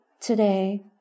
today